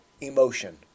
emotion